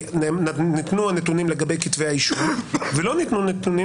ניתנו הנתונים לגבי כתבי האישום ולא ניתנו נתונים